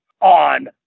on